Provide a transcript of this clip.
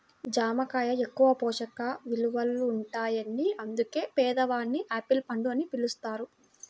జామ కాయ ఎక్కువ పోషక విలువలుంటాయని అందుకే పేదవాని యాపిల్ పండు అని పిలుస్తారు